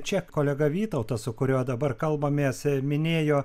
čia kolega vytautas su kurio dabar kalbamės minėjo